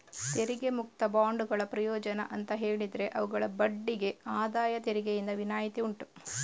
ತೆರಿಗೆ ಮುಕ್ತ ಬಾಂಡುಗಳ ಪ್ರಯೋಜನ ಅಂತ ಹೇಳಿದ್ರೆ ಅವುಗಳ ಬಡ್ಡಿಗೆ ಆದಾಯ ತೆರಿಗೆಯಿಂದ ವಿನಾಯಿತಿ ಉಂಟು